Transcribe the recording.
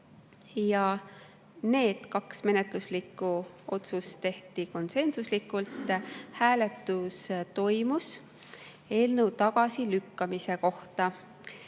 Need kaks menetluslikku otsust tehti konsensuslikult. Hääletus toimus eelnõu tagasilükkamise üle,